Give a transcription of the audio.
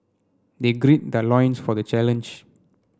they gird their loins for the challenge